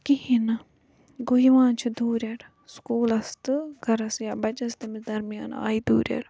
کِہینۍ نہٕ گوٚو یِوان چھُ دوٗریٚر سُکوٗلَس تہٕ گَرَس یا بَچَس دَرمیان آیہِ دوریٚر